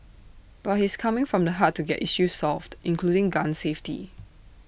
but he's coming from the heart to get issues solved including gun safety